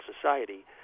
society